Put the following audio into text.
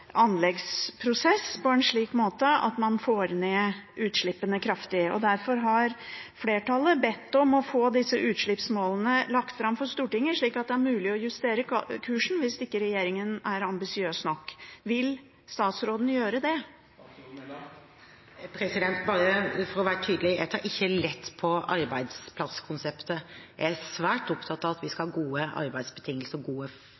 anleggsprosess på en slik måte at man får ned utslippene kraftig. Derfor har flertallet bedt om å få disse utslippsmålene lagt fram for Stortinget, slik at det er mulig å justere kursen hvis ikke regjeringen er ambisiøs nok. Vil statsråden gjøre det? Bare for å være tydelig: Jeg tar ikke lett på arbeidsplasskonseptet. Jeg er svært opptatt av at vi skal ha gode arbeidsbetingelser og gode